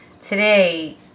today